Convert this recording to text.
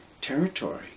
territory